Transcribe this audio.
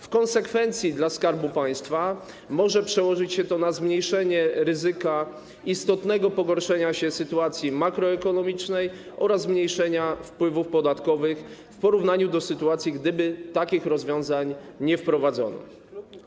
W konsekwencji, jeśli chodzi o Skarb Państwa, może się to przełożyć na zmniejszenie ryzyka istotnego pogorszenia się sytuacji makroekonomicznej oraz zmniejszenia wpływów podatkowych w porównaniu do sytuacji, gdyby takich rozwiązań nie wprowadzono.